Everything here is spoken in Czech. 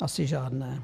Asi žádné.